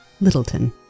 Littleton